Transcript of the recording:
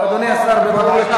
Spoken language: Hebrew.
אדוני השר, בבקשה.